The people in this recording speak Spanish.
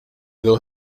dos